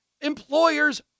employers